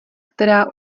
která